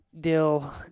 Dill